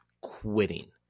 quitting